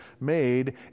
made